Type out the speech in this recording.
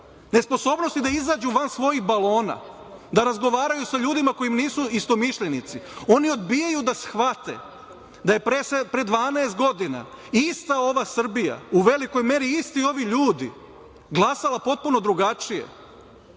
nesposobnosti da izađu van svojih balona, da razgovaraju sa ljudima koji im nisu istomišljenici. Oni odbijaju da shvate da je pre 12 godina ista ova Srbija, u velikoj meri isti ovi ljudi, glasala potpuno drugačije,